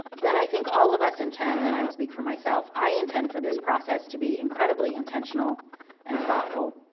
that i think all of us intend, and i'll speak for myself. i intend for this process to be incredibly intentional and thoughtful,